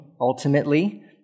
ultimately